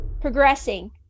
progressing